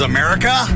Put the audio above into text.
America